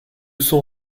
sont